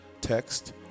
text